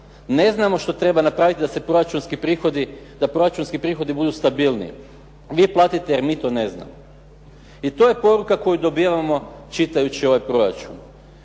Ne znamo što treba napraviti da se proračunski prihodi, da proračunski prihodi budu stabilniji, vi platite jer mi to ne znamo. I to je poruka koju dobivamo čitajući ovaj proračun.